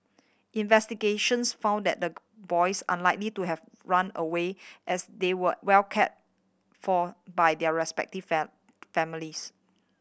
investigations found that the boys unlikely to have run away as they were well care for by their respective fame families